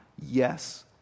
Yes